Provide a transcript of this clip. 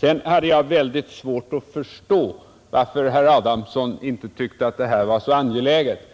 Jag hade svårt att förstå varför herr Adamsson inte tyckte att det här var så angeläget.